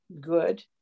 good